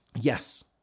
yes